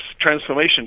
transformation